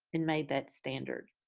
and made that standard.